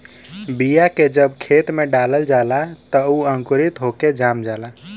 बीया के जब खेत में डालल जाला त उ अंकुरित होके जाम जाला